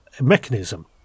mechanism